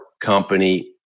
company